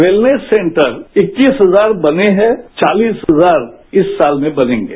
wellness centre इक्कीस हजार बने हैं चालीस हजार इस साल में बनेंगे